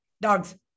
Dogs